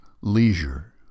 leisure